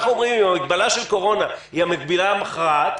אנחנו אומרים אם המגבלה של קורונה היא המגבלה המכרעת,